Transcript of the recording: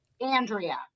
Andrea